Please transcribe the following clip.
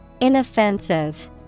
Inoffensive